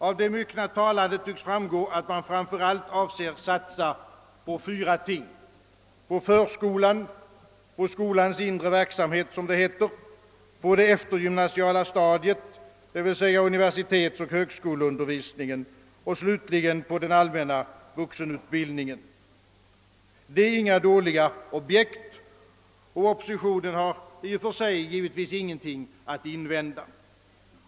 Av det myckna talandet tycks framgå, att man framför allt avser att satsa på fyra ting: på förskolan, på skolans inre verksamhet som det heter, på det eftergymnasiala stadiet, d. v. s. universitet och högskoleundervisningen, och slutligen på den allmänna vuxenutbildningen. Det är inga dåliga objekt, och oppositionen har givetvis ingenting att invända i och för sig.